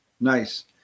Nice